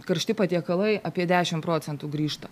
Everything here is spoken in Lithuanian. karšti patiekalai apie dešimt procentų grįžta